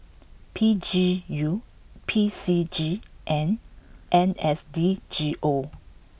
P G U P C G and N S D G O